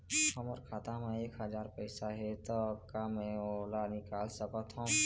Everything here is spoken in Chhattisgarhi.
हमर खाता मा एक हजार पैसा हे ता का मैं ओला निकाल सकथव?